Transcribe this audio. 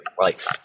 life